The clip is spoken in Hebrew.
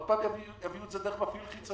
עוד פעם יפעילו את זה דרך מפעיל חיצוני?